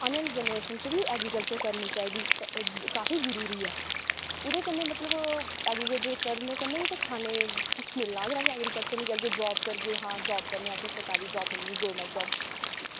आने आह्ली जनरेशन च वी एग्रीकल्चर करनी चाहिदी काफी जरूरी ऐ ओह्दे कन्नै मतलब एग्रीकल्चर करने कन्नै गै ते खाने कुछ मिलना अगर अस एग्रीकल्चर निं करगे जाब करगे हां जाब करनी असें सरकारी जाब मिल्ली यी गौरमेंट जाब